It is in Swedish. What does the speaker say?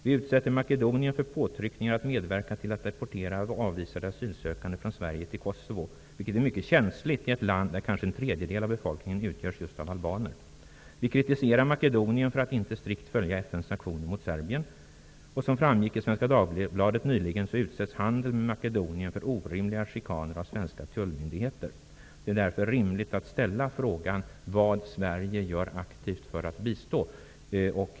Vi utsätter Makedonien för påtryckningar att medverka till att deportera avvisade asylsökande från Sverige till Kosovo, vilket är mycket känsligt i ett land där kanske en tredjedel av befolkningen utgörs av just albaner. Vi kritiserar Makedonien för att inte strikt följa FN:s sanktioner mot Serbien. Som framgick i Svenska Dagbladet nyligen utsätts handel med Makedonien för orimliga chikaner av svenska tullmyndigheter. Det är därför rimligt att ställa frågan vad Sverige gör aktivt för att bistå.